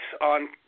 on